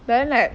but then like